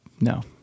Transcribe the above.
no